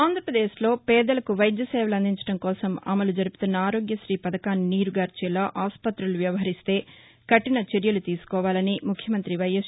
ఆంధ్రప్రదేశ్ లో పేదలకు వైద్యసేవలు అందించడం కోసం అమలు జరుపుతున్న ఆరోగ్యతీ పథకాన్ని నీరుగార్చేలా ఆస్పతిలు వ్యవహరిస్తే కఠిన చర్యలు తీసుకోవాలని ముఖ్యమంత్రి వై యస్